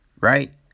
Right